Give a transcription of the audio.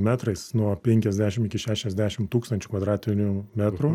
metrais nuo penkiasdešim iki šešiasdešim tūkstančių kvadratinių metrų